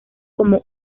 como